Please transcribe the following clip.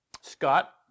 Scott